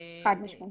חד משמעית.